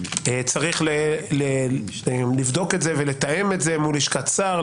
צריך לבדוק את זה ולתאם את זה מול לשכת שר,